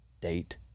date